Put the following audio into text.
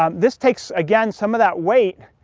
um this takes again some of that weight,